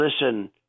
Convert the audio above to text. listen